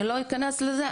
אני לא אכנס לזה,